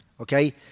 Okay